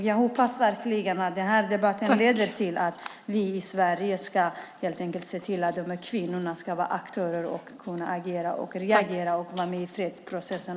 Jag hoppas verkligen att den här debatten leder till att Sverige ser till att kvinnor ska vara aktörer, reagera och också vara med i fredsprocessen.